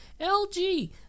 LG